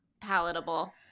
palatable